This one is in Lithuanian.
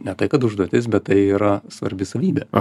ne tai kad užduotis bet tai yra svarbi savybė